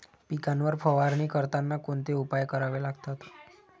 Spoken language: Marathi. पिकांवर फवारणी करताना कोणते उपाय करावे लागतात?